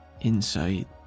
insight